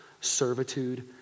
servitude